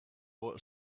bought